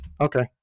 Okay